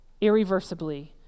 irreversibly